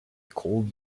called